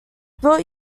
built